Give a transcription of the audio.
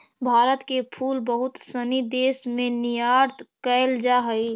भारत के फूल बहुत सनी देश में निर्यात कैल जा हइ